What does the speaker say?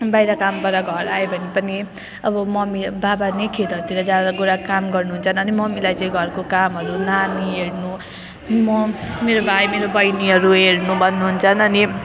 बाहिर कामबाट घर आए भने पनि अब मम्मी बाबा नै खेतहरूतिर जहाँ गएर काम गर्नुहुन्छ अनि मम्मीलाई चाहिँ घरको कामहरू नानी हेर्नु म मेरो भाइ मेरो बहिनीहरू हेर्नु भन्नुहुन्छ अनि